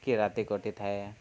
କି ରାତି କଟେ ଥାଏ